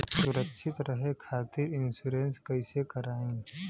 सुरक्षित रहे खातीर इन्शुरन्स कईसे करायी?